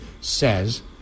says